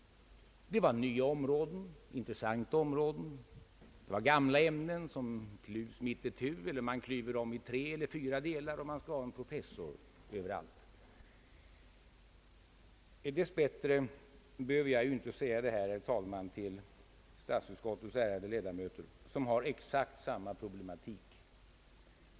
Det var nya områden, intressanta områden, det var gamla ämnen som klyvs mitt itu eller i tre eller fyra delar, och man skall ha en professor överallt. Dess bättre behöver jag inte säga detta, herr talman, till statsutskottets ärade ledamöter, som har exakt samma problematik.